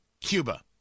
Cuba